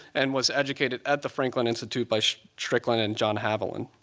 and was educated at the franklin institute by strickland and john haviland.